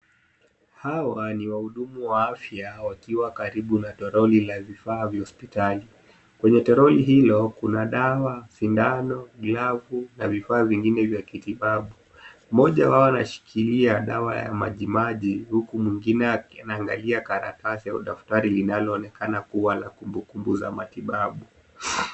Hawa ni wahudumu wa afya wakiwa karibu na toroli la vifaa vya hospitali. Kwenye toroli hilo kuna dawa, sindano, glavu na vifaa vingine vya kitibabu. Mmoja wao anashikilia dawa ya maji maji, huku mwingine anaangalia karatasi au daftari linaloonekana kuwa la kumbukumbu za matibabu.